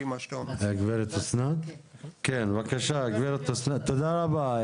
תודה רבה.